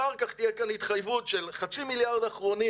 אחר כך תהיה כאן התחייבות של חצי מיליארד אחרונים,